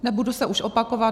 Nebudu se už opakovat.